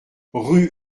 rue